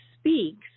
speaks